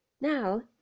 Now